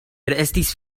estis